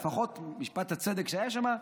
לפחות משפט הצדק שהיה שם,